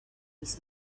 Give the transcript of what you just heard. his